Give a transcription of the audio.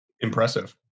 Impressive